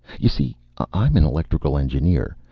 you see i'm an electrical engineer.